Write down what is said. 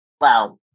Wow